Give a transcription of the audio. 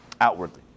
Outwardly